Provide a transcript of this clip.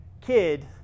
kid